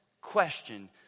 question